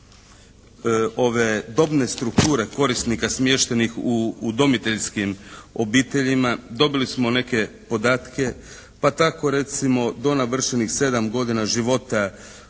dobne strukture korisnika smještenih u udomiteljskim obiteljima, dobili smo neke podatke, pa tako recimo do navršenih 7 godina života